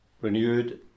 Renewed